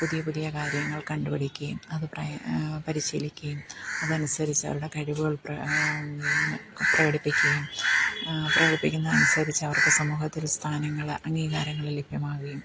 പുതിയ പുതിയ കാര്യങ്ങൾ കണ്ടുപിടിക്കുകയും അത് പരിശീലിക്കുകയും അതനുസരിച്ച് അവരുടെ കഴിവുകൾ പ്രകടിപ്പിക്കുകയും പ്രകടിപ്പിക്കുന്നതനുസരിച്ച് അവർക്ക് സമൂഹത്തിൽ സ്ഥാനങ്ങൾ അംഗീകാരങ്ങൾ ലഭ്യമാകുകയും